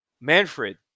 Manfred